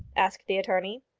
asked the attorney.